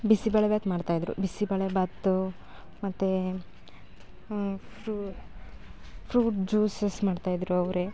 ಬಿಸಿಬೇಳೆ ಭಾತ್ ಮಾಡ್ತಾಯಿದ್ರು ಬಿಸಿಬೇಳೆ ಭಾತ್ತು ಮತ್ತು fruit juices ಮಾಡ್ತಾಯಿದ್ರು ಅವರೆ